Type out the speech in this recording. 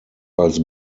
als